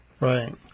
Right